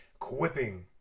quipping